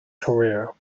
career